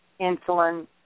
insulin